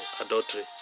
adultery